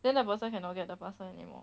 then the person cannot get the parcel anymore